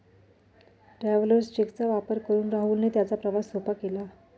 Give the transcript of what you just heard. travellers cheque चा वापर करून राहुलने त्याचा प्रवास सोपा केला